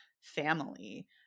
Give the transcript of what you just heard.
family